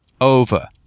over